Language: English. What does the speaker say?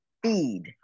feed